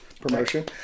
promotion